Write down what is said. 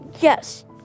yes